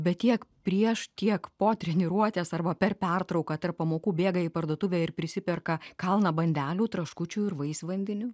bet tiek prieš tiek po treniruotės arba per pertrauką tarp pamokų bėga į parduotuvę ir prisiperka kalną bandelių traškučių ir vaisvandenių